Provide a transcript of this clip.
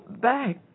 back